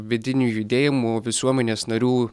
vidinių judėjimų visuomenės narių